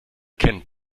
kennt